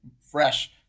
fresh